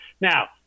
Now